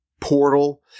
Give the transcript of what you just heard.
portal